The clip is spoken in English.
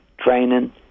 training